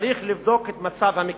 צריך לבדוק את מצב המקלטים.